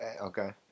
okay